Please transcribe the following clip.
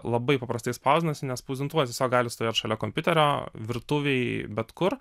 labai paprastai spausdinasi nes spausdintuvas tiesiog gali stovėt šalia kompiuterio virtuvėj bet kur